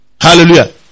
Hallelujah